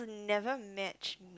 never match